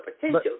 potential